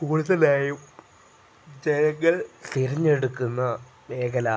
കൂടുതലായും ജനങ്ങൾ തിരഞ്ഞെടുക്കുന്ന മേഖല